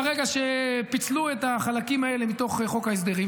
ברגע שפיצלו את החלקים האלה מתוך חוק ההסדרים,